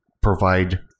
provide